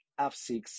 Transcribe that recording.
f6